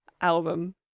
album